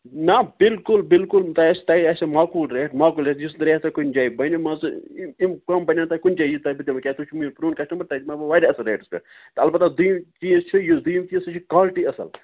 نہ بِلکُل بِلکُل تۄہہِ تۄہہِ آسیو ماقوٗل ریٹ ماقوٗل ریٹ یُس ریٹ تۄہہِ کُنہِ جایہِ بَنہِ مان ژٕ أمۍ کَم بَنیو تۄہہِ کُنہِ جایہِ یہِ تۄہہِ بہٕ وٕنۍکٮ۪نَس ژٕ چھُکھ مےٚ پرون کسٹَمَر تۄہہِ دِمَو بہٕ واریاہ اَصٕل ریٹَس پٮ۪ٹھ اَلبتہ دۄیم چیٖز چھِ یُس دۄیِم چیٖز سُہ چھِ کالٹی اَصٕل